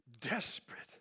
Desperate